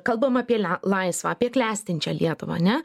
kalbam apie lia laisvą apie klestinčią lietuvą ne